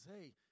Hey